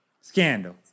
Scandal